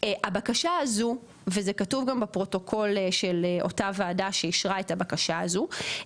הבקשה הזו וזה כתוב גם בפרוטוקול של אותה וועדה שאישרה את הבקשה הזו,